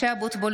(קוראת בשמות חברי הכנסת) משה אבוטבול,